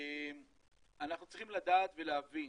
אנחנו צריכים לדעת ולהבין